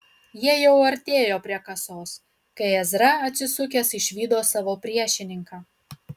jie jau artėjo prie kasos kai ezra atsisukęs išvydo savo priešininką